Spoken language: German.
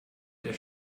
der